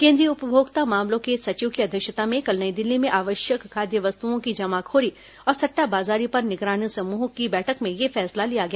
केंद्रीय उपभोक्ता मामलों के सचिव की अध्यक्षता में कल नई दिल्ली में आवश्यक खाद्य वस्तुओं की जमाखोरी और सट्टाबाजारी पर निगरानी समूह की बैठक में यह फैसला लिया गया